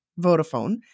Vodafone